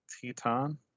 Teton